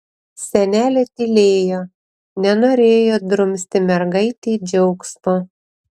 senelė tylėjo nenorėjo drumsti mergaitei džiaugsmo